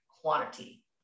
quantity